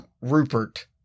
Rupert